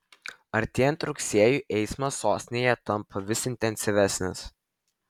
artėjant rugsėjui eismas sostinėje tampa vis intensyvesnis